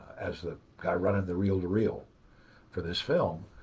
as the guy running the reel-to-reel for this film.